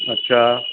अच्छा